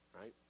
right